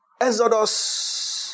Exodus